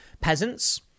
peasants